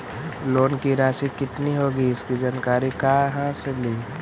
Loan की रासि कितनी होगी इसकी जानकारी कहा से ली?